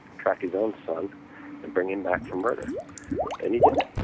track his own son and bring him back from murder and he did it.